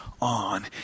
on